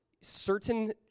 certain